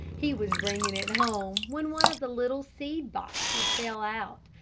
he was bringing it home, when one of the little seed boxes fell out.